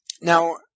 now